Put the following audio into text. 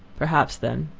perhaps, then,